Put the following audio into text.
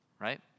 Right